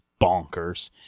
bonkers